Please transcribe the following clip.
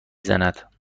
زند